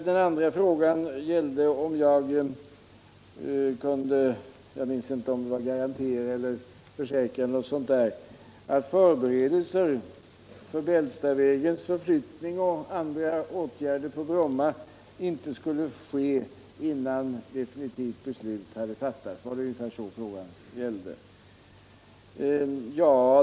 Den andra frågan gällde om jag kunde garantera — kanske det var försäkra, jag minns inte riktigt — att förberedelser för Bällstavägens flyttning och andra åtgärder på Bromma inte sker innan definitivt beslut fattats.